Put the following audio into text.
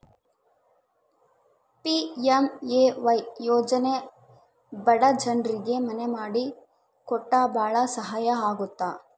PMAY ಯೋಜನೆ ಬಡ ಜನ್ರಿಗೆ ಮನೆ ಮಾಡಿ ಕೊಟ್ಟು ಭಾಳ ಸಹಾಯ ಆಗುತ್ತ